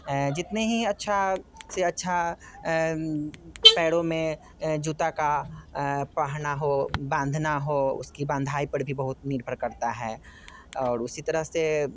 जितने ही अच्छा से अच्छा पैरों में जूता का पहना हो बांधना हो उसकी बंधाई पर भी बहुत निर्भर करता है और उसी तरह से